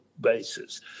basis